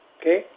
Okay